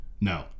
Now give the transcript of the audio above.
No